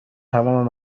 تمام